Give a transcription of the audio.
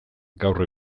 gaur